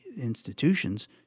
institutions